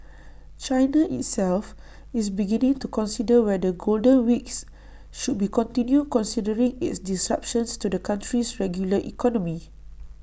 China itself is beginning to consider whether golden weeks should be continued considering its disruptions to the country's regular economy